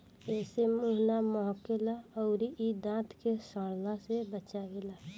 एसे मुंह ना महके ला अउरी इ दांत के सड़ला से बचावेला